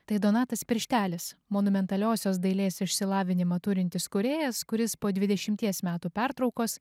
tai donatas pirštelis monumentaliosios dailės išsilavinimą turintis kūrėjas kuris po dvidešimties metų pertraukos